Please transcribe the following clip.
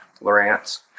Lawrence